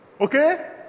Okay